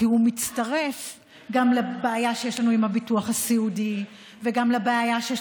כי הוא מצטרף גם לבעיה שיש לנו עם הביטוח הסיעודי וגם לבעיה שיש